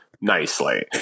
nicely